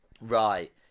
right